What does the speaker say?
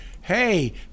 hey